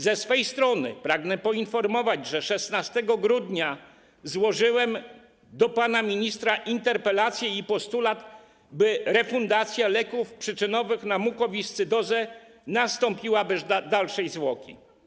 Ze swej strony pragnę poinformować, że 16 grudnia złożyłem do pana ministra interpelację i postulat, by refundacja leków przyczynowych na mukowiscydozę nastąpiła bez dalszej zwłoki.